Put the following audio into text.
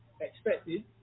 expected